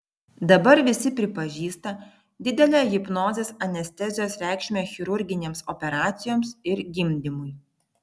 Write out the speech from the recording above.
dabar visi pripažįsta didelę hipnozės anestezijos reikšmę chirurginėms operacijoms ir gimdymui